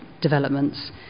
developments